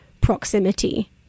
proximity